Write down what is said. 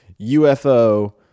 UFO